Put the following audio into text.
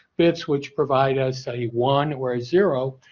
bits which provide us a one or a zero.